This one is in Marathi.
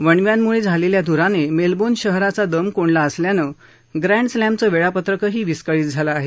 वणव्यांमुळे झालेल्या धुराने मेलबोर्न शहराचा दम कोंडला असल्याने ग्रँड स्लॅमचं वेळापत्रकही विस्कळीत झालं आहे